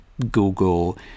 google